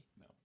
No